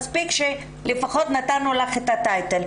מספיק שלפחות נתנו לך את הכותרת.